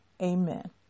Amen